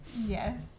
yes